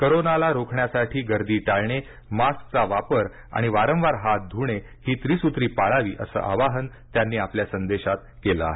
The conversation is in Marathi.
कोरोनाला रोखण्यासाठी गर्दी टाळणे मास्कचा वापर आणि वारंवार हात धुणे ही त्रिसुत्री पाळावी असं आवाहन त्यांनी आपल्या संदेशात केलं आहे